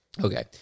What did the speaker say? Okay